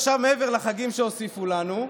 מעבר לחגים שהוסיפו לנו,